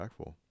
impactful